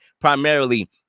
primarily